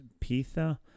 Pitha